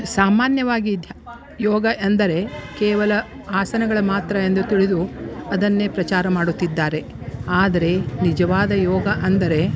ಸಾಮಾನ್ಯವಾಗಿ ಧ್ಯ ಯೋಗ ಅಂದರೆ ಕೇವಲ ಆಸನಗಳು ಮಾತ್ರ ಎಂದು ತಿಳಿದು ಅದನ್ನೇ ಪ್ರಚಾರ ಮಾಡುತ್ತಿದ್ದಾರೆ ಆದರೆ ನಿಜವಾದ ಯೋಗ ಅಂದರೆ